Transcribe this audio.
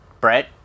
Brett